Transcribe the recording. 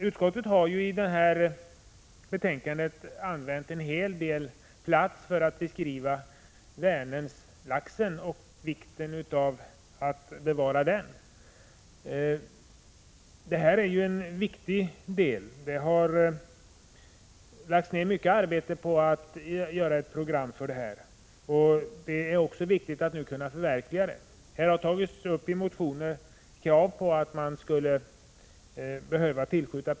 Utskottet har i betänkandet gett stort utrymme åt en beskrivning av laxfisket i Vänern och vikten av att bevara detta. Detta är ju en viktig sak. Det har lagts ner mycket arbete på att göra ett program för bevarande av Vänerlaxen. Det är också viktigt att nu kunna förverkliga det programmet. I motioner har framförts krav på statliga resurstillskott.